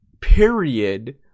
period